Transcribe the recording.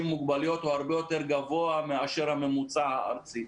עם מוגבלויות הוא הרבה יותר גבוה מאשר הממוצע הארצי.